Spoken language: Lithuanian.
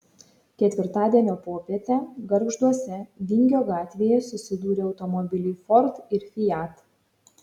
ketvirtadienio popietę gargžduose vingio gatvėje susidūrė automobiliai ford ir fiat